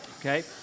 Okay